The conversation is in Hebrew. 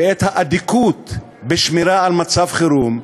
ואת האדיקות בשמירה על מצב חירום,